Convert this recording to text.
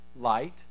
light